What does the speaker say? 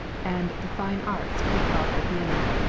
and the fine arts to be held at vienna.